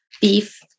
beef